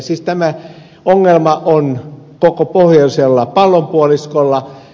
siis tämä ongelma on koko pohjoisella pallonpuoliskolla